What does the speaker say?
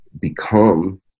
become